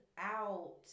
out